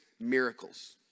miracles